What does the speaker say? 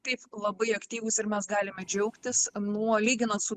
taip labai aktyvūs ir mes galime džiaugtis nuo lyginant su